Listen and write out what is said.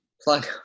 Plug